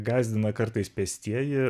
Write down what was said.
gąsdina kartais pėstieji